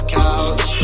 couch